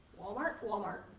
walmart, walmart.